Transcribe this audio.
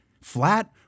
flat